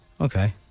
Okay